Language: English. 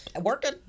working